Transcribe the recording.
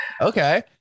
Okay